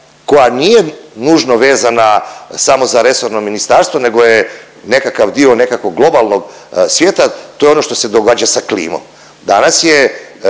koja nije nužno vezana samo za resorno ministarstvo nego je nekakav dio nekakvog globalnog svijeta, to je ono što se događa sa klimom. Danas je